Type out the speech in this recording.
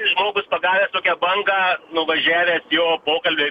žmogus pagavęs tokią bangą nuvažiavęs jo pokalbiai